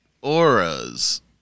Auras